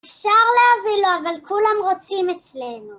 אפשר להביא לו, אבל כולם רוצים אצלנו.